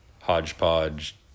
hodgepodge